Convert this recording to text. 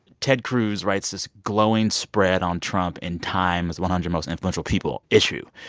ted cruz writes this glowing spread on trump in time's one hundred most influential people issue.